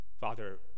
Father